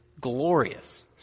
glorious